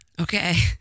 Okay